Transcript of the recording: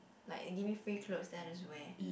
like you give me free clothes then I just wear